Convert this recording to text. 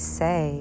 say